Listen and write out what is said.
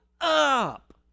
up